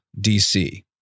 DC